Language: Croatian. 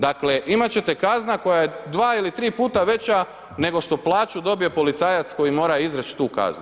Dakle imati ćete kazna koja je 2 ili 3 puta veća nego što plaću dobije policajac koji mora izreći tu kaznu.